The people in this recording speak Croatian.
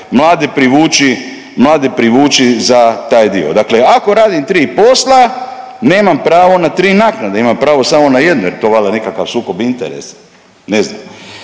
mlade privući za taj dio. Dakle ako radim 3 posla nemam pravo na 3 naknade, imam pravo samo na jednu jer to valda nekakav sukob interesa, ne znam.